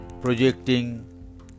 projecting